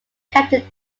captain